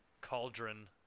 cauldron